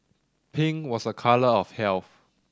pink was a colour of health